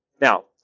Now